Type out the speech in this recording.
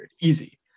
easy